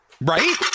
Right